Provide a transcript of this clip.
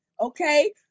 okay